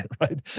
right